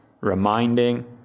reminding